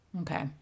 Okay